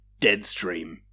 Deadstream